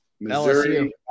Missouri